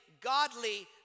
godly